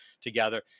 together